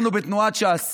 אנחנו בתנועת ש"ס